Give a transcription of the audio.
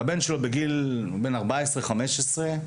בגיל 14 או 15,